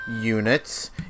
units